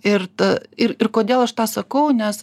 ir ta ir ir kodėl aš tą sakau nes